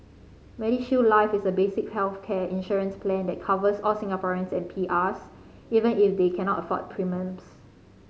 MediShield Life is a basic healthcare insurance plan that covers all Singaporeans and PRs even if they cannot afford premiums